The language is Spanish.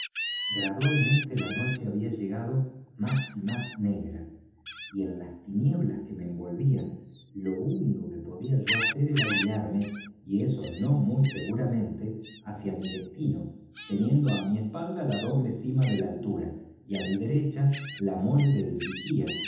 gradualmente la noche había llegado más y más negra y en las tinieblas que me envolvían lo único que yo podía hacer era guiarme y eso no muy seguramente hacia mi destino teniendo á mi espalda la doble cima de la altura y á mi derecha la mole del vigía